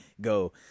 go